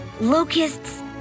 locusts